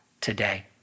today